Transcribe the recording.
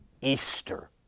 Easter